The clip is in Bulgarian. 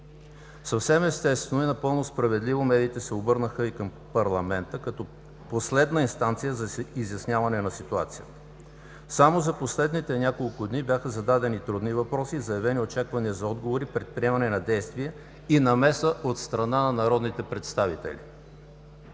Съвсем естествено и напълно справедливо медиите се обърнаха и към парламента като последна инстанция за изясняване на ситуацията. Само за последните няколко дни бяха зададени трудни въпроси и заявени очаквания за отговори, предприемане на действия и намеса от страна на народните представители.